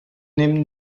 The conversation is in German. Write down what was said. neben